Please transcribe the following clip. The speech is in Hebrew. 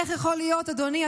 איך יכול להיות, אדוני?